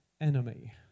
enemy